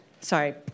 Sorry